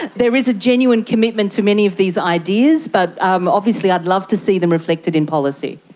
there is a genuine commitment to many of these ideas. but um obviously i'd love to see them reflected in policy.